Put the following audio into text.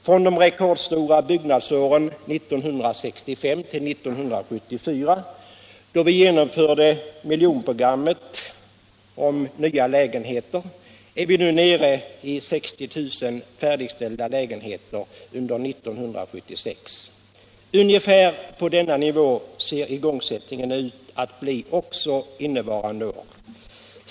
Från åren 1965-1974 med rekordstor byggnation — då vi genomförde programmet om en miljon nya lägenheter — är vi nu nere i 60 000 färdigställda lägenheter under 1976. Igångsättningen ser ut att bli ungefär på denna nivå också innevarande år.